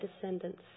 descendants